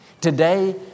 Today